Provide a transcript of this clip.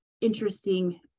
interesting